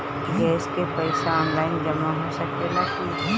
Gas के पइसा online जमा हो सकेला की?